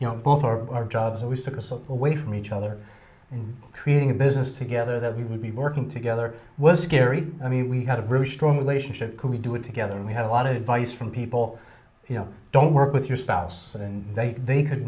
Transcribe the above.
you know both or our jobs always took us all the way from each other creating a business together we would be working together was scary i mean we had a very strong relationship could we do it together and we had a lot of advice from people you know don't work with your spouse and they they could